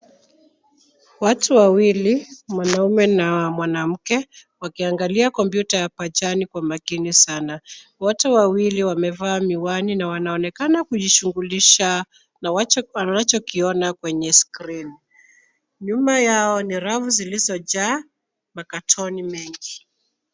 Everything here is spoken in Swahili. Watu wawili, mwanaume na mwanamke wakiangalia kompyuta ya pajani kwa makini sana. Wote wawili wamevaa miwani na wanaonekana kujishughulisha na wanachokiona kwenye screen . Nyuma yao ni rafu zilizojaa makatoni mengi.